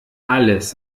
alles